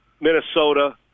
Minnesota